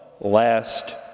last